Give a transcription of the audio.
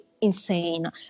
insane